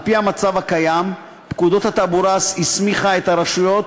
במצב הקיים, פקודת התעבורה הסמיכה את הרשויות